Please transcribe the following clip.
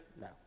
no